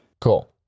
Cool